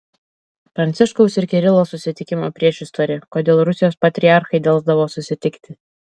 pranciškaus ir kirilo susitikimo priešistorė kodėl rusijos patriarchai delsdavo susitikti